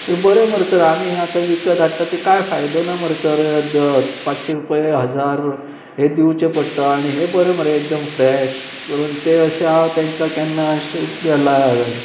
तर बरें मरे तर आमीं हा आतां विकत हाडटा ते कांय फायदो ना मरे तर पांचशीं रुपय हजार हें दिवचें पडटा आनी हे बरें मरे एकदम फ्रेश करून ते अशें हांव तेंकां केन्ना अशें ला